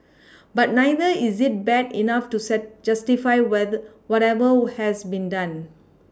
but neither is it bad enough to sad justify whether whatever has been done